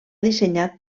dissenyat